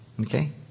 Okay